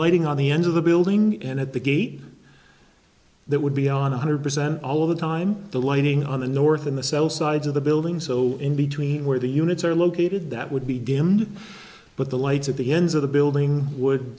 lighting on the end of the building and at the gate that would be on one hundred percent all the time the lighting on the north in the cell sides of the building so in between where the units are located that would be dimmed but the lights at the ends of the building would